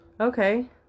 Okay